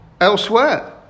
elsewhere